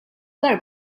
darba